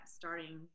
starting